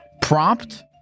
Prompt